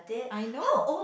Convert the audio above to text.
I know